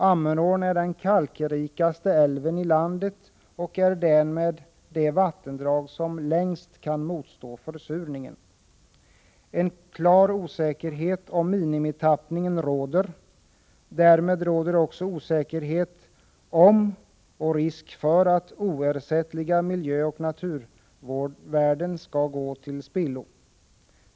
Ammerån är den kalkrikaste älven i landet och är därmed det vattendrag som längst kan motstå försurningen. En klar osäkerhet om minimitappningen råder. Därmed råder också osäkerhet om och risk för att oersättliga miljöoch naturvärden skall gå till spillo.